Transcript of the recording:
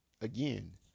Again